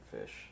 fish